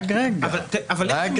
אבל איך זה מסתדר?